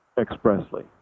Expressly